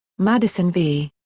madison v.